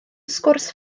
sgwrs